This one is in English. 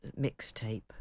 mixtape